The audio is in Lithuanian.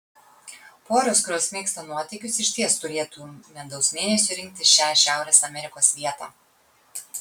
poros kurios mėgsta nuotykius išties turėtų medaus mėnesiui rinktis šią šiaurės amerikos vietą